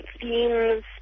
themes